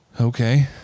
okay